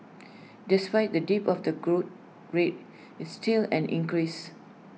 despite the dip of the growth rate is still an increase